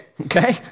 okay